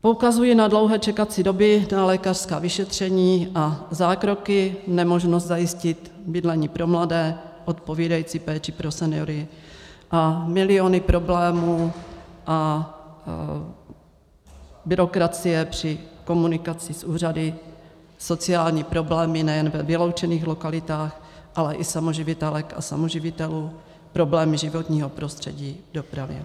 Poukazují na dlouhé čekací doby na lékařská vyšetření a zákroky, nemožnost zajistit bydlení pro mladé, odpovídající péči pro seniory a miliony problémů a byrokracie při komunikaci s úřady, sociální problémy nejen ve vyloučených lokalitách, ale i samoživitelek a samoživitelů, problémy životního prostředí, dopravy.